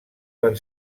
van